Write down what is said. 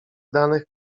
danych